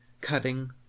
cutting